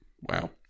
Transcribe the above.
Wow